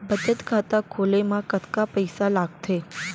बचत खाता खोले मा कतका पइसा लागथे?